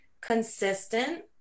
consistent